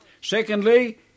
Secondly